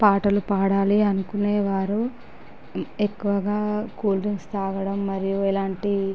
పాటలు పాడాలి అనుకునేవారు ఎక్కువగా కూల్డ్రింక్స్ తాగడం మరియు ఎలాంటి